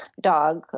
dog